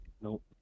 Nope